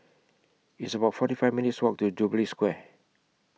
It's about forty five minutes' Walk to Jubilee Square